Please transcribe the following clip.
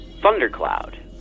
thundercloud